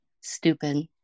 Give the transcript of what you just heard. stupid